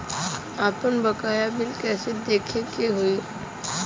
आपन बकाया बिल कइसे देखे के हौ?